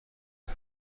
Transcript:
آیا